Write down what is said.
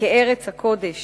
כארץ הקודש